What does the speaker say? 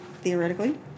theoretically